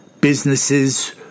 businesses